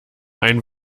ein